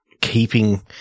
keeping-